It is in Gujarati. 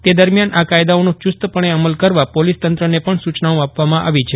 તે દરમ્યાન આ કાયદાઓનો ચુસ્તપશ્ને અમલ કરવા પોલીસ તંત્રને પજ્ઞ સૂચનાઓ આપવામાં આવી છે